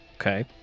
Okay